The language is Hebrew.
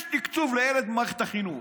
יש תקצוב לילד במערכת החינוך.